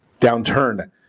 Downturn